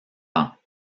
temps